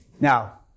Now